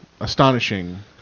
Astonishing